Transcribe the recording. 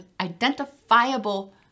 identifiable